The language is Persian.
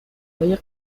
های